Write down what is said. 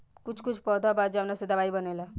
कुछ कुछ पौधा बा जावना से दवाई बनेला